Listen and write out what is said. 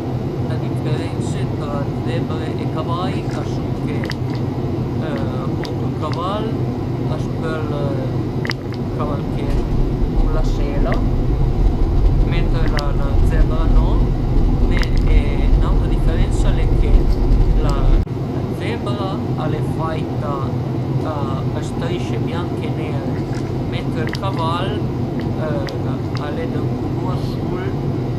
Le diferense tra zebre e cavai a sun che appunto ël caval a s'pöl cavalchelu cun la sela, mentre la zebra no e n'autra diferensa l'e che la zebra al e faita a strisce bianche e nere mentre ël caval al e d'ën culur sul